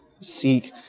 seek